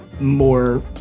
more